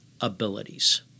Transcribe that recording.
abilities